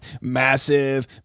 Massive